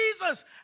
Jesus